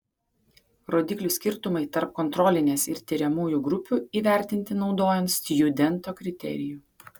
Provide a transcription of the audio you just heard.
rodiklių skirtumai tarp kontrolinės ir tiriamųjų grupių įvertinti naudojant stjudento kriterijų